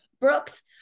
Brooks